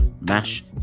mash